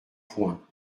point